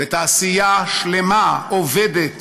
ותעשייה שלמה עובדת